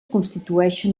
constituïxen